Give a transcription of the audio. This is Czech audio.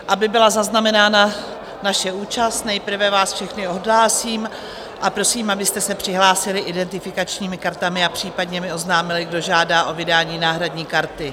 Aby byla zaznamenána naše účast, nejprve vás všechny odhlásím a prosím, abyste se přihlásili identifikačními kartami a případně mi oznámili, kdo žádá o vydání náhradní karty.